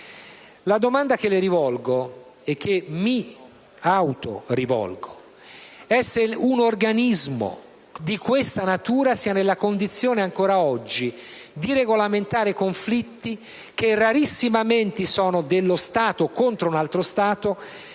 La domanda che le rivolgo e che rivolgo a me stesso è se un organismo di questa natura sia nella condizione, ancora oggi, di regolamentare conflitti che rarissimamente sono di uno Stato contro un altro Stato